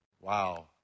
wow